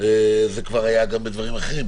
זה כבר היה גם בדברים אחרים,